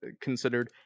considered